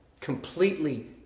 Completely